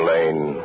Lane